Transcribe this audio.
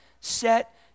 set